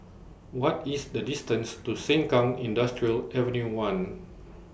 What IS The distance to Sengkang Industrial Avenue one